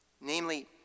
Namely